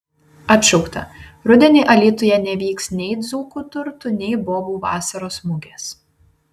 atšaukta rudenį alytuje nevyks nei dzūkų turtų nei bobų vasaros mugės